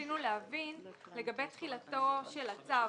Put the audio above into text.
שרצינו להבין לגבי תחילתו של הצו,